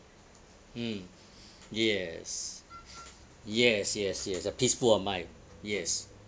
mm yes yes yes yes a peaceful of mind yes